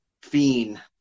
fiend